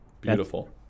beautiful